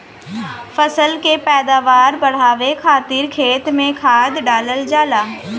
फसल के पैदावार बढ़ावे खातिर खेत में खाद डालल जाला